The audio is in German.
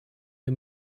wir